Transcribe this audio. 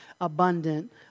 abundant